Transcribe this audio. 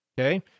Okay